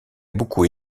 beaucoup